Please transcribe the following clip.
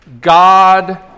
God